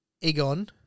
Egon